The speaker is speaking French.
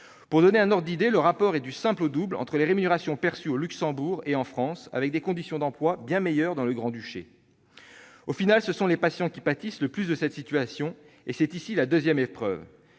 Pour donner un ordre d'idée, le rapport est du simple au double entre les rémunérations perçues au Luxembourg et en France, avec des conditions d'emplois bien meilleures dans le Grand-Duché. Au final, ce sont les patients qui pâtissent le plus de cette situation, et c'est ici la deuxième épreuve.